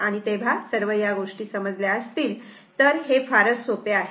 तेव्हा सर्व गोष्टी समजल्या तर हे फार सोपे आहे